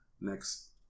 Next